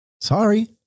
Sorry